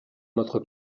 notre